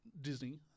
Disney